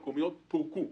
פורקו.